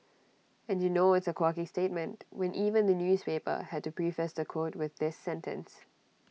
and you know it's A quirky statement when even the newspaper had to preface the quote with this sentence